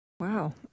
Wow